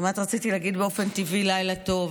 רציתי להגיד באופן טבעי לילה טוב,